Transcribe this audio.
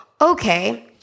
okay